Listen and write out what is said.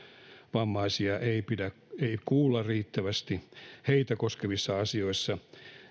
vammaisia ei kuulla riittävästi heitä koskevissa asioissa